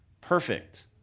Perfect